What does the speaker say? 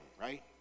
right